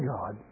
God